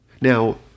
Now